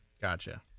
Gotcha